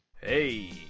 hey